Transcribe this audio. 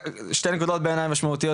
אלו שתי נקודות שבעיני הן משמעותיות